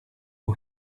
who